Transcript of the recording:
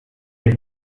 have